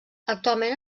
actualment